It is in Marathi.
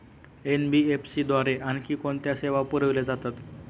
एन.बी.एफ.सी द्वारे आणखी कोणत्या सेवा पुरविल्या जातात?